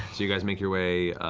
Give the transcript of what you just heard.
you guys make your way